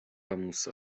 موسی